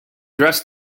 dressed